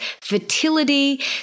fertility